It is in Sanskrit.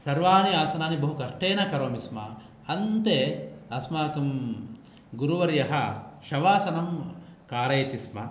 सर्वाणि आसनानि बहु कष्टेन करोमि स्म अन्ते अस्माकं गुरुवर्यः शवासनं कारयति स्म